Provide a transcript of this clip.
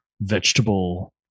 vegetable